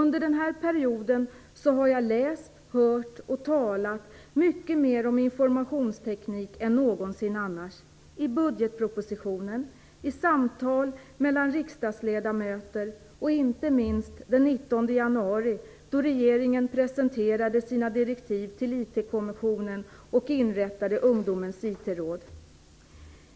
Under denna period har jag läst, hört och talat mycket mer om informationsteknik än någonsin annars, i budgetpropositionen, i samtal mellan riksdagsledamöter och inte minst den 19 januari, då regeringen presenterade sina direktiv till IT-kommissionen och inrättade Ungdomens IT-råd.